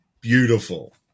beautiful